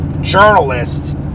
journalists